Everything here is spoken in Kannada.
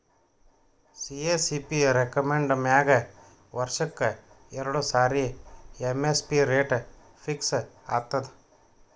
ಸಿ.ಎ.ಸಿ.ಪಿ ರೆಕಮೆಂಡ್ ಮ್ಯಾಗ್ ವರ್ಷಕ್ಕ್ ಎರಡು ಸಾರಿ ಎಮ್.ಎಸ್.ಪಿ ರೇಟ್ ಫಿಕ್ಸ್ ಆತದ್